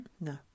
No